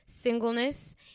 Singleness